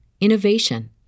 innovation